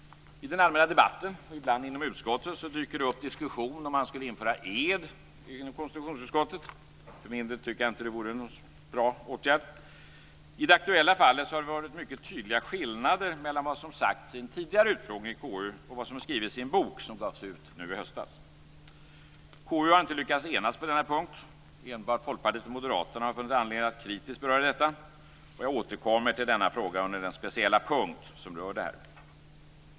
I den allmänna debatten, och ibland inom utskotten, dyker upp diskussionen om att införa ed i konstitutionsutskottet. För min del tycker jag det inte vore en bra åtgärd. I det aktuella fallet har det varit tydliga skillnader mellan vad som sagts i en tidigare utfrågning i KU och vad som skrivits i en bok som gavs ut nu i höstas. Man har inom KU inte lyckats enas på denna punkt. Enbart Folkpartiet och Moderaterna har funnit anledning att kritiskt beröra detta. Jag återkommer till denna fråga under den speciella punkt som rör detta.